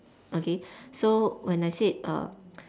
okay so when I said uh